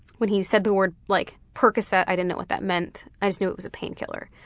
when he said the word like percoset, i didn't know what that meant. i just knew it was a painkiller.